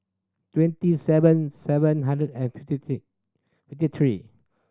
twenty seven seven hundred and fifty fifty three